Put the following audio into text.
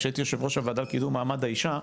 כשהייתי יושב ראש וועדת קידום מעמד האישה,